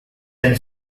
and